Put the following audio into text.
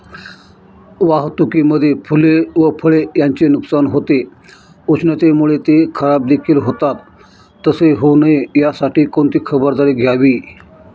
वाहतुकीमध्ये फूले व फळे यांचे नुकसान होते, उष्णतेमुळे ते खराबदेखील होतात तसे होऊ नये यासाठी कोणती खबरदारी घ्यावी?